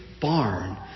barn